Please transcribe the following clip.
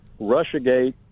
Russiagate